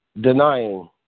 denying